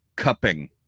cupping